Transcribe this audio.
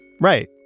Right